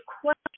question